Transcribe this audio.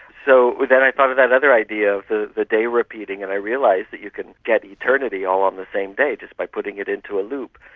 so then i thought of that other idea of the the day repeating, and i realised that you could get eternity all on the same day just by putting it into a loop,